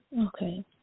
Okay